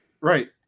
right